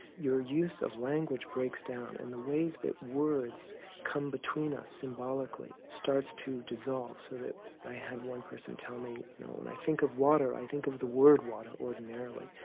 your use of language breaks down and the ways that words come between us symbolically start to dissolve so that i had one person tell me when i think of water i think of the word water ordinarily.